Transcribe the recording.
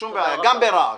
גם ברעש.